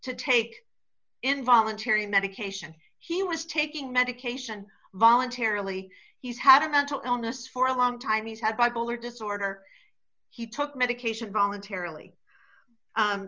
to take involuntary medication he was taking medication voluntarily he's had a mental illness for a long time he's had bipolar disorder he took medication voluntarily